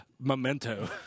Memento